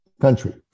country